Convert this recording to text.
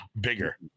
bigger